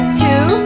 two